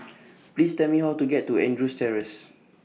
Please Tell Me How to get to Andrews Terrace